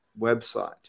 website